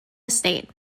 estate